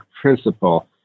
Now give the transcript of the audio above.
principle